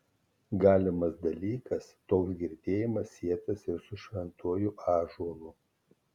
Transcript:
galimas dalykas toks girdėjimas sietas ir su šventuoju ąžuolu